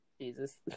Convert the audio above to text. Jesus